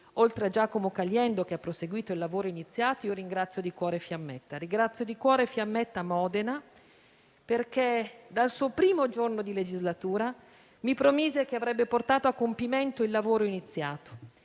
senatore Giacomo Caliendo, che ha proseguito il lavoro iniziato, ringrazio di cuore la senatrice Fiammetta Modena, perché dal suo primo giorno di legislatura mi promise che avrebbe portato a compimento il lavoro iniziato